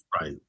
right